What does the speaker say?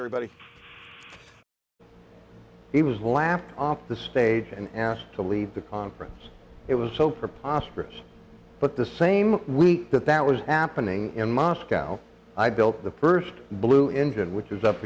second he was laughed off the stage and asked to leave the conference it was so preposterous but the same we that that was appen ng in moscow i built the first blue engine which is up